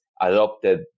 adopted